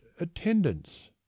attendance